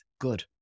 good